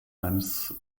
eines